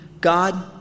God